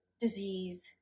disease